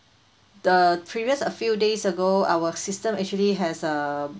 the previous a few days ago our system actually has a